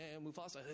mufasa